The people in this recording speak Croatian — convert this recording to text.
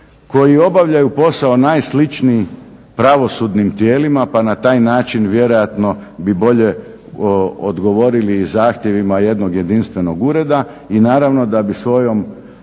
koji obavljaju posao najsličniji pravosudnim tijelima, pa na taj način vjerojatno bi bolje odgovorili i zahtjevima jednog jedinstvenog ureda i naravno da bi svojim